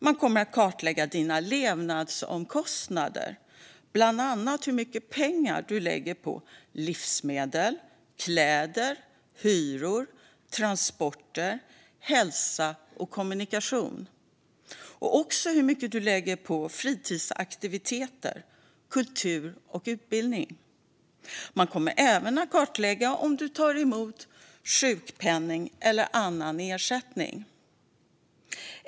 Man kommer att kartlägga dina levnadsomkostnader, bland annat hur mycket pengar du lägger på livsmedel, kläder, hyror, transport, hälsa, kommunikation, fritidsaktiviteter, kultur och utbildning. Man kommer även att kartlägga om du tar emot sjukpenning eller annan ersättning.